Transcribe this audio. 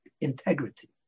integrity